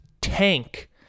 tank